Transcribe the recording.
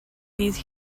these